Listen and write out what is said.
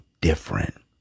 different